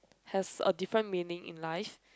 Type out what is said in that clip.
has a different meaning in life